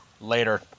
Later